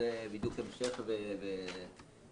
בדיוק המשך ותיקון